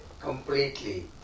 completely